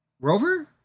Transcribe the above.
Rover